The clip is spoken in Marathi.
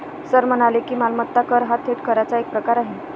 सर म्हणाले की, मालमत्ता कर हा थेट कराचा एक प्रकार आहे